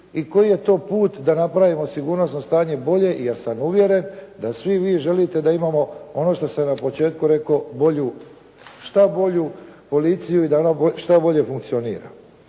i koji je to put da napravimo sigurnosno stanje bolje jer sam uvjeren da svi vi želite da imamo ono što sam na početku rekao, što bolju policiju i da ona što bolje funkcionira.